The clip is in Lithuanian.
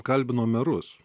kalbino merus